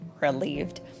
relieved